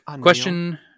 question